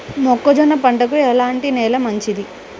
మొక్క జొన్న పంటకు ఎలాంటి నేల మంచిది?